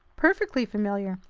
perfectly familiar.